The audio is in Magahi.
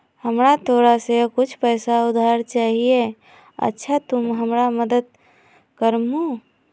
हमरा तोरा से कुछ पैसा उधार चहिए, अच्छा तूम हमरा मदद कर मूह?